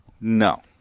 No